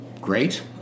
great